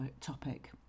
topic